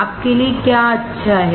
आपके लिए क्या अच्छा है